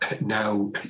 Now